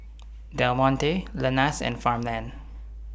Del Monte Lenas and Farmland